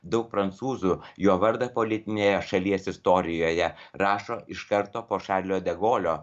daug prancūzų jo vardą politinėje šalies istorijoje rašo iš karto po šarlio de golio